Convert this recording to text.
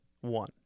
one